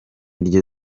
ryo